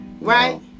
right